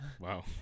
Wow